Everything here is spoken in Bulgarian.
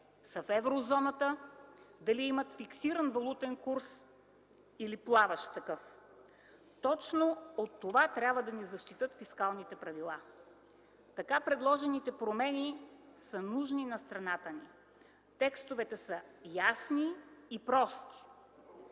са в Еврозоната, дали имат фиксиран валутен курс, или плаващ такъв. Точно от това трябва да ни защитят фискалните правила. Така предложените промени са нужни на страната ни. Текстовете са ясни и прости.